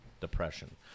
depression